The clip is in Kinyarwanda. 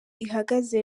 ihagaze